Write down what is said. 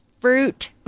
Fruit